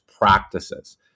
practices